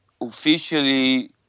officially